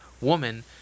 woman